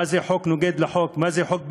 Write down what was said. מה זה חוק נוגד לחוק, מה זה חוק בין-לאומי,